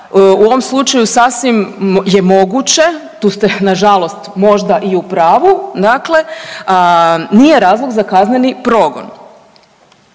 u ovom slučaju sasvim je moguće, tu ste nažalost možda i u pravu, dakle, nije razlog za kazneni progon.